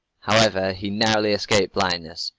however, he narrowly escaped blindness,